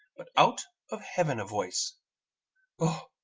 but out of heaven a voice oh,